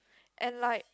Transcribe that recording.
and like